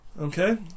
Okay